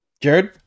Jared